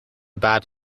bad